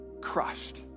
crushed